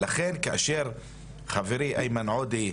לכן, כאשר חברי, איימן עודה,